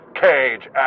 cage